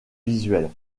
visuelles